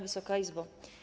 Wysoka Izbo!